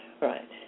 right